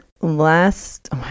last